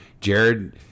Jared